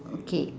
okay